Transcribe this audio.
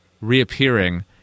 reappearing